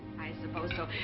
i suppose so.